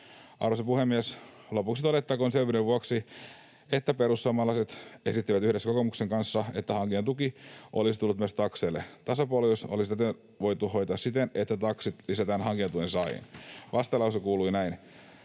Arvoisa puhemies! Lopuksi todettakoon selvyyden vuoksi, että perussuomalaiset esittivät yhdessä kokoomuksen kanssa, että hankintatuki olisi tullut myös takseille. Tasapuolisuus olisi täten voitu hoitaa siten, että taksit olisi lisätty hankintatuen saajiin. Vastalause kuului näin: